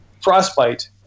Frostbite